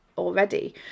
already